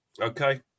Okay